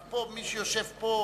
אבל מי שיושב פה,